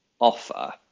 offer